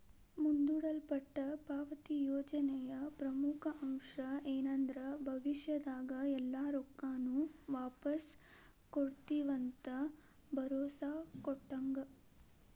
ಮುಂದೂಡಲ್ಪಟ್ಟ ಪಾವತಿ ಯೋಜನೆಯ ಪ್ರಮುಖ ಅಂಶ ಏನಂದ್ರ ಭವಿಷ್ಯದಾಗ ಎಲ್ಲಾ ರೊಕ್ಕಾನು ವಾಪಾಸ್ ಕೊಡ್ತಿವಂತ ಭರೋಸಾ ಕೊಟ್ಟಂಗ